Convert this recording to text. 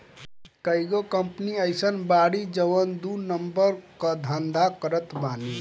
कईगो कंपनी अइसन बाड़ी जवन की दू नंबर कअ धंधा करत बानी